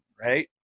right